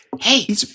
Hey